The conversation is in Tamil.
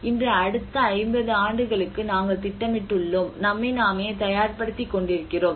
இன்று அடுத்த 50 ஆண்டுகளுக்கு நாங்கள் திட்டமிட்டுள்ளோம் நம்மை நாமே தயார்படுத்திக் கொண்டிருக்கிறோம்